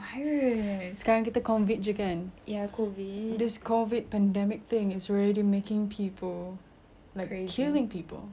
there's COVID pandemic thing already making people killing people I would say cause it's in india the stats are getting higher and higher